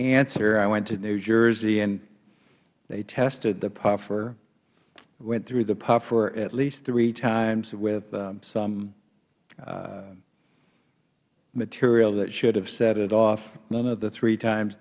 answer i went to new jersey and they tested the puffer went through the puffer at least three times with some material that should have set it off none of the three times